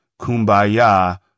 Kumbaya